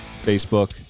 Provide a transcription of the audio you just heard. Facebook